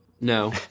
No